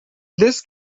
this